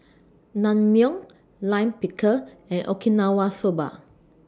Naengmyeon Lime Pickle and Okinawa Soba